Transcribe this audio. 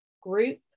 group